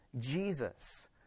Jesus